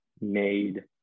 made